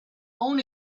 own